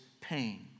pain